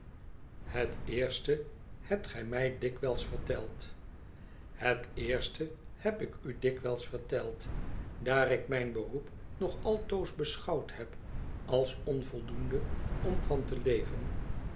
het eerste hebt gij mij dikwijls verteld het eerste heb ik u dikwijls verteld daar ik mijn beroep nog altoos beschouwd heb als onvoldoende om van te leven